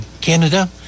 Canada